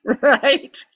right